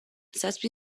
zazpi